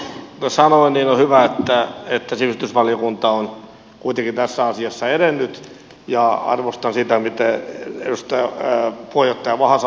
kuten sanoin on hyvä että sivistysvaliokunta on kuitenkin tässä asiassa edennyt ja arvostan sitä mitä puheenjohtaja vahasalo ja valiokunta ovat tehneet